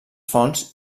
fonts